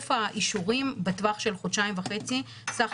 היקף האישורים בטווח של חודשיים וחצי סך